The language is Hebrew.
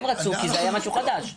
הם רצו כי זה היה משהו חדש.